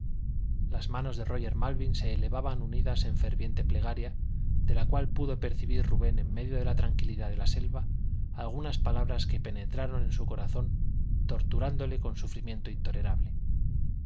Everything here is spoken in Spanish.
las manos de róger malvin se elevaban unidas en ferviente plegaria de la cual pudo percibir rubén en medio de la tranquilidad de la selva algunas palabras que penetraron en su corazón torturándole con sufrimiento intolerable